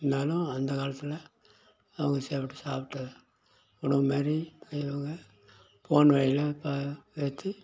இருந்தாலும் அந்த காலத்தில் அவங்க சாப்பிட்ட உணவு மாரி இவங்க ஃபோன் வழியில் பார்த்து